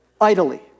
idly